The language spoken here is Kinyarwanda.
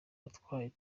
watwaye